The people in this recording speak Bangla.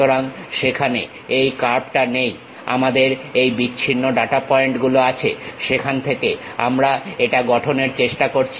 সুতরাং সেখানে এই কার্ভটা নেই আমাদের এই বিচ্ছিন্ন ডাটা পয়েন্টগুলো আছে সেখান থেকে আমরা এটা গঠনের চেষ্টা করছি